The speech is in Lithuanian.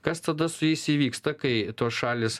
kas tada su jais įvyksta kai tos šalys